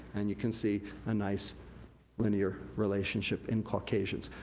and you can see a nice linear relationship in caucasians.